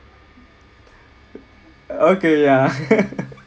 okay ya